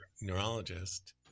neurologist